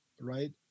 right